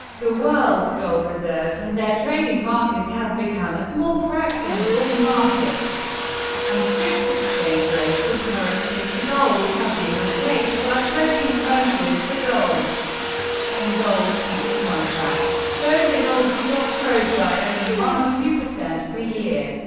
the world's gold reserves and their trading market have become a small fraction of all markets and fixed exchange rates of currencies to gold have been replaced by floating prices for gold and gold future contract. though the gold stock grows by only one or two percent per year,